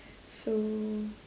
so